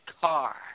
car